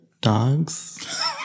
dogs